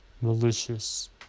malicious